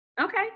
Okay